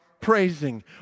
Praising